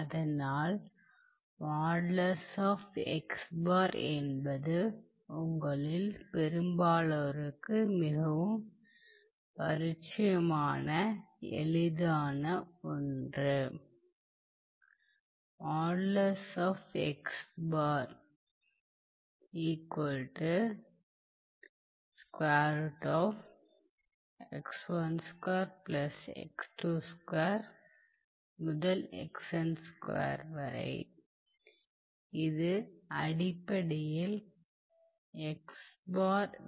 அதனால் என்பது உங்களில் பெரும்பாலோருக்கு மிகவும் பரிச்சயமான எளிதான ஒன்று இது அடிப்படையில்